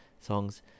songs